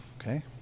Okay